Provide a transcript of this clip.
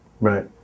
Right